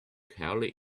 carley